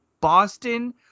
boston